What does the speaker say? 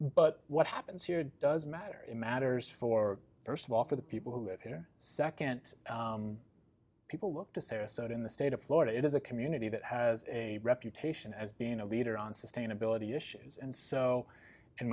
but what happens here does matter in matters for st of all for the people who have who are nd people look to sarasota in the state of florida it is a community that has a reputation as being a leader on sustainability issues and so in